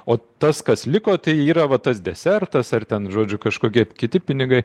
o tas kas liko tai yra va tas desertas ar ten žodžiu kažkokie kiti pinigai